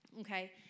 Okay